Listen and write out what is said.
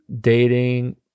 dating